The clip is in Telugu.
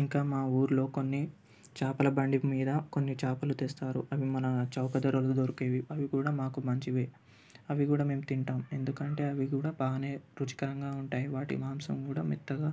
ఇంకా మా ఊళ్ళో కొన్ని చేపల బండి మీద కొన్ని చేపలు తెస్తారు అవి మన చౌక ధరలలో దొరికేవి అవి కూడా మాకు మంచివి అవి కూడా మేము తింటాం ఎందుకంటే అవి కూడా బాగా రుచికరంగా ఉంటాయి వాటి మాంసం కూడా మెత్తగా